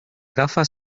gafas